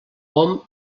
hom